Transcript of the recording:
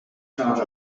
charge